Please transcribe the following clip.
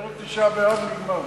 נגמר.